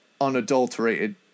unadulterated